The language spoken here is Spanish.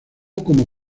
como